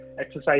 exercise